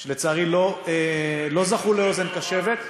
ולצערי, לא זכו לאוזן קשבת.